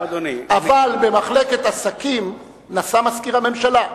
אבל במחלקת עסקים נסע מזכיר הממשלה.